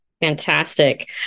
Fantastic